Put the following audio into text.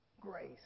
Grace